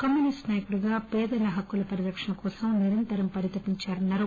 communist నాయకునిగా పేదల హక్కుల పరిరక్షణ కోసం నిరంతరం పరితపించారన్నారు